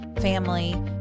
family